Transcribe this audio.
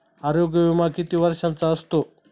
आरोग्य विमा किती वर्षांचा असतो?